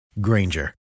Granger